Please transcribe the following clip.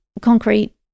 concrete